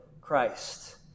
Christ